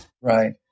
Right